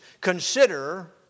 consider